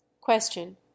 Question